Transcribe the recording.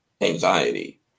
anxiety